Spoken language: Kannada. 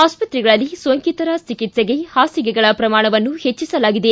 ಆಸ್ಪತ್ರೆಗಳಲ್ಲಿ ಸೋಂಕಿತರ ಚಿಕಿತ್ಸೆಗೆ ಹಾಸಿಗೆಗಳ ಪ್ರಮಾಣವನ್ನು ಹೆಚ್ಚಿಸಲಾಗಿದೆ